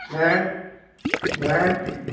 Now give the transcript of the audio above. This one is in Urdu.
دیں دیں